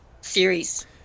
series